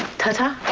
ta-ta.